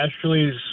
Ashley's